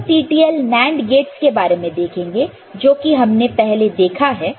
तो अब हम TTL NAND गेटस के बारे में देखेंगे जो कि हमने पहले देखा है